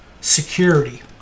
security